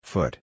Foot